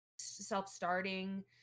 self-starting